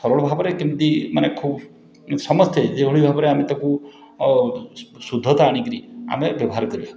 ସରଳ ଭାବରେ କେମତି ମାନେ ଖୁବ୍ ଯେଉଁ ସମସ୍ତେ ଯେଉଁଭଳି ଭାବରେ ଆମେ ତାକୁ ଓ ଶୁଦ୍ଧତା ଆଣିକରି ଆମେ ବ୍ୟବହାର କରିବା